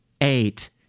eight